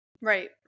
Right